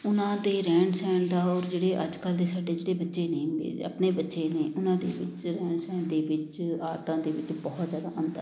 ਉਨ੍ਹਾਂ ਦੇ ਰਹਿਣ ਸਹਿਣ ਦਾ ਔਰ ਜਿਹੜੇ ਅੱਜ ਕੱਲ੍ਹ ਦੇ ਸਾਡੇ ਜਿਹੜੇ ਬੱਚੇ ਨੇ ਮੇਰੇ ਆਪਣੇ ਬੱਚੇ ਨੇ ਉਹਨਾਂ ਦੇ ਵਿੱਚ ਰਹਿਣ ਸਹਿਣ ਦੇ ਵਿੱਚ ਆਦਤਾਂ ਦੇ ਵਿੱਚ ਬਹੁਤ ਜ਼ਿਆਦਾ ਅੰਤਰ ਹੈ